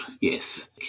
yes